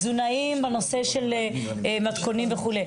תזונאים בנושא של מתכונים וכו'.